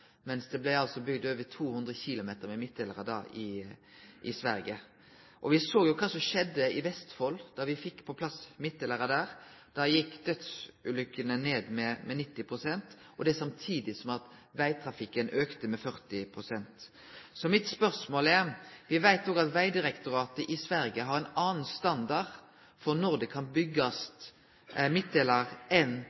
mens det blei bygd over 200 km med midtdelarar i Sverige. Me så jo kva som skjedde i Vestfold da me fekk på plass midtdelarar der. Da gjekk dødsulykkene ned med 90 pst., samtidig som vegtrafikken auka med 40 pst. Me veit at vegdirektoratet i Sverige har ein annan standard for når det kan